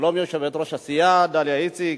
שלום, יושבת-ראש הסיעה דליה איציק,